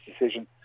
decision